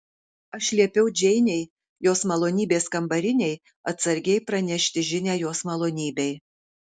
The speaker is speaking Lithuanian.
aš liepiau džeinei jos malonybės kambarinei atsargiai pranešti žinią jos malonybei